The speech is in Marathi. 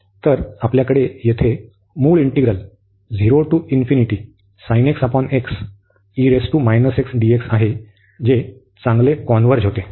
तर आपल्याकडे येथे मूळ इंटिग्रल आहे जे चांगले कॉन्व्हर्ज होते